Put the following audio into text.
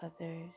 others